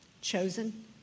chosen